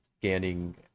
scanning